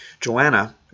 Joanna